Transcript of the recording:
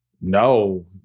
No